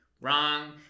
Wrong